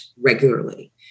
regularly